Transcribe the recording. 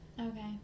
Okay